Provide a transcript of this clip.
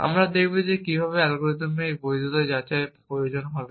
আমরা দেখব যে কিছু অ্যালগরিদমের এই বৈধতা যাচাইয়ের প্রয়োজন হবে